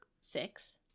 Six